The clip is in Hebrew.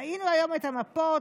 ראינו היום את המפות.